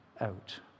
out